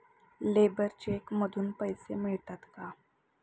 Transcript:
Labour cheque मधून पैसे मिळतात का?